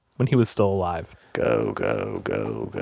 when he was still alive go, go, go,